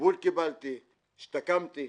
טיפול קיבלתי, השתקמתי.